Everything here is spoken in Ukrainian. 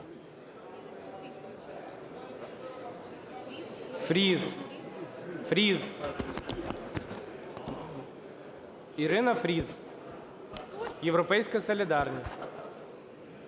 Фріз, Ірина Фріз, "Європейська солідарність".